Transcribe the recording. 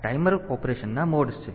તેથી આ ટાઈમર ઓપરેશનના મોડ્સ છે